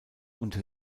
unter